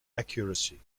accuracy